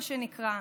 מה שנקרא,